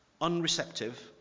Unreceptive